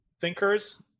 thinkers